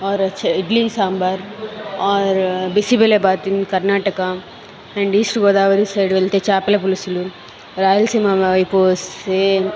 are idli sambar or bisibelebath in Karnataka and east Godavari side వెళ్తే చేపల పులుసులు రాయలసీమ వైపు వస్తే